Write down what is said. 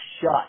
shut